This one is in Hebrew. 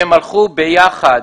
שהם הלכו ביחד,